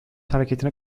hareketine